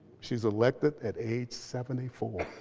she's elected at age seventy four.